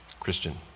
Christian